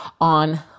on